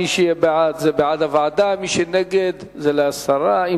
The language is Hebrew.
מי שיהיה בעד, זה בעד ועדה, מי שנגד, זה להסרה.